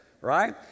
right